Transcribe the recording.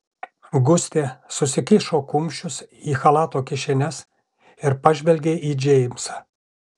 gustė susikišo kumščius į chalato kišenes ir pažvelgė į džeimsą